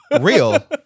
Real